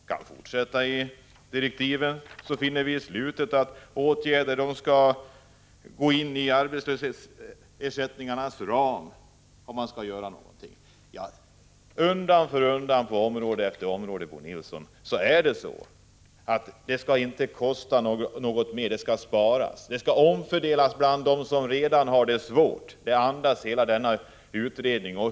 Om man fortsätter att läsa direktiven finner man mot slutet att åtgärderna skall ”kunna finansieras inom ramen för de nuvarande kostnaderna för arbetslöshetsersättning”. Undan för undan på område efter område, Bo Nilsson, skall det inte kosta något ytterligare — det skall sparas. Kostnaderna skall omfördelas bland dem som redan har det svårt. Det är andemeningen i direktiven till denna utredning.